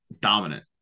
dominant